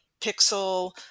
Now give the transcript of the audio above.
pixel